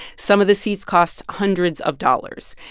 some of the seats cost hundreds of dollars.